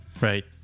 Right